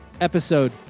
episode